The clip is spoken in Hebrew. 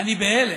אני בהלם,